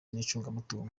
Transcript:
n’icungamutungo